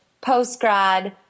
post-grad